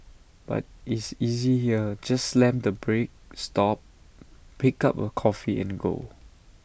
but is easy here just slam the brake stop pick A cup of coffee and go